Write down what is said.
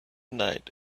night